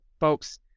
folks